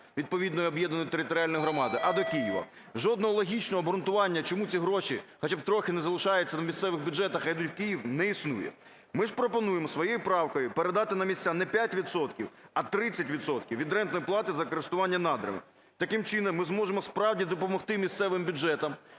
відповідної об'єднаної територіальної громади, а до Києва. Жодного логічного обґрунтування, чому ці гроші хоча б трохи не залишаються в місцевих бюджетах, а йдуть в Київ, не існує. Ми ж пропонуємо своєю правкою передати на місця не 5 відсотків, а 30 відсотків від рентної плати за користування надрами. Таким чином, ми зможемо справді допомогти місцевим бюджетам